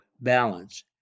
balance